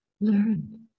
learn